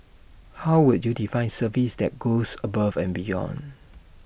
how would you define service that goes above and beyond